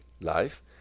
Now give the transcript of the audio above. life